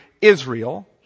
Israel